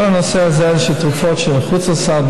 כל הנושא הזה של תרופות שהן מחוץ לסל,